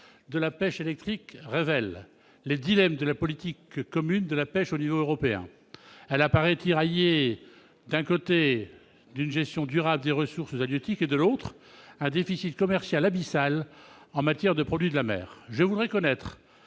de la pêche électrique révèle les dilemmes de la politique commune de la pêche au niveau européen. Elle apparaît tiraillée entre, d'un côté, une gestion durable des ressources halieutiques et, de l'autre, un déficit commercial abyssal en matière de produits de la mer. Madame la ministre,